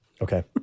Okay